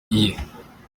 iye